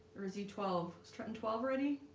or is he twelve is trenton twelve ready?